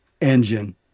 engine